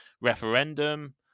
referendum